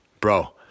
bro